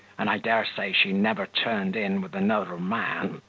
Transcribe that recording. and i daresay she never turned in with another man